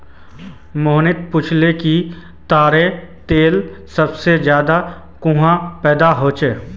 मोहिनी पूछाले कि ताडेर तेल सबसे ज्यादा कुहाँ पैदा ह छे